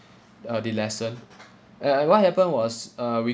uh the lesson and and what happened was uh we